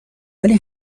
ولی